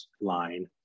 line